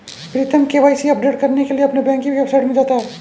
प्रीतम KYC update करने के लिए अपने बैंक की वेबसाइट में जाता है